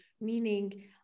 meaning